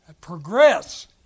progress